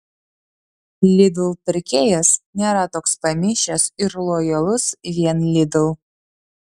lidl pirkėjas nėra toks pamišęs ir lojalus vien lidl